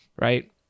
right